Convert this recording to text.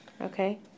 Okay